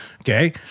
okay